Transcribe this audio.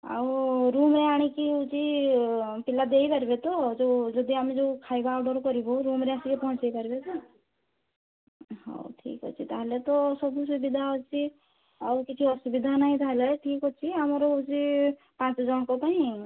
ଆଉ ରୁମ୍ରେ ଆଣିକି ହେଉଛି ପିଲା ଦେଇପାରିବେ ତ ଯେଉଁ ଯଦି ଆମେ ଯେଉଁ ଖାଇବା ଅର୍ଡର୍ କରିବୁ ରୁମ୍ରେ ଆସିକି ପହଞ୍ଚାଇ ପାରିବେ ତ ହଉ ଠିକ୍ ଅଛି ତାହେଲେ ତ ସବୁ ସୁବିଧା ଅଛି ଆଉ କିଛି ଅସୁବିଧା ନାହିଁ ତାହେଲେ ଠିକ୍ ଅଛି ଆମର ହେଉଛି ପାଞ୍ଚ ଜଣଙ୍କ ପାଇଁ